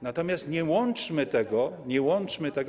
Natomiast nie łączmy tego, nie łączmy tego.